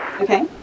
Okay